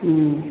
हुँ